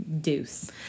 deuce